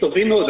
טובים מאוד,